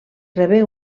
rebé